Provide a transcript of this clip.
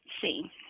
see